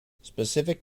specific